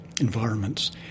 environments